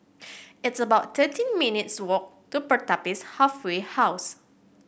it's about thirty minutes' walk to Pertapis Halfway House